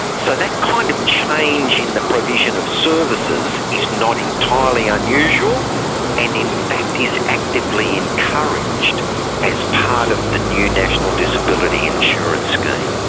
so that kind of change in the provision of services is not entirely unusual and in fact is actively encouraged as part of the new national disability insurance scheme.